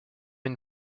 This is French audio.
une